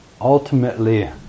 Ultimately